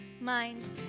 mind